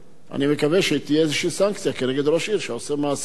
אני מקווה שתהיה איזו סנקציה כנגד ראש עיר שעושה מעשה כזה.